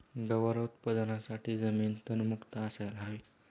गवार उत्पादनासाठी जमीन तणमुक्त असायला हवी